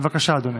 בבקשה, אדוני,